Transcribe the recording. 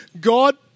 God